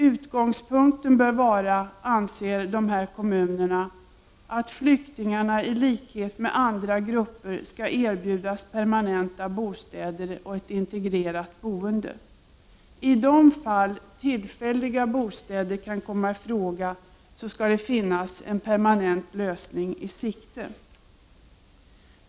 Utgångspunkten bör vara, anser dessa kommunerna, att flyktingar i likhet med andra grupper skall erbjudas permanenta bostäder och ett integrerat boende. I de fall tillfälliga bostäder kan komma i fråga skall det finnas en permanent lösning i sikte.